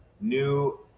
new